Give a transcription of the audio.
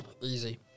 Easy